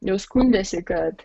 jau skundėsi kad